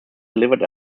delivered